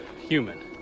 human